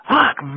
Fuck